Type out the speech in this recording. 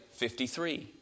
53